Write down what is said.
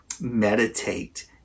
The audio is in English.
meditate